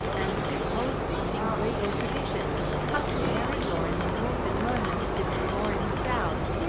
and two co-existing legal traditions customary law in the north and roman civil law in the south.